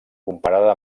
comparada